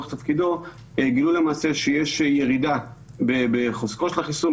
תפקידו הבינו למעשה שיש ירידה בחוזקו של החיסון,